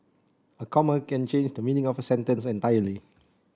a comma can change the meaning of a sentence entirely